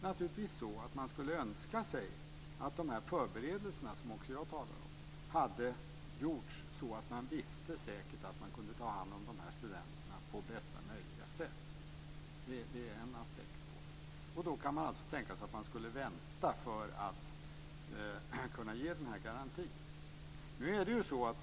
Naturligtvis skulle man önska att de här förberedelserna, som också jag talar om, hade gjorts så att man säkert visste att det gick att ta hand om studenterna på bästa möjliga sätt. Det är en aspekt på detta. Då skulle man alltså kunna tänka sig att vänta för att kunna ge en sådan här garanti.